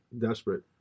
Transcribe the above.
desperate